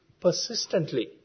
persistently